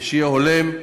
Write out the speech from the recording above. שיהיה הולם,